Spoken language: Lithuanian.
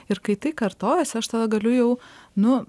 ir kai tai kartojas aš tada galiu jau nu